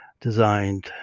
designed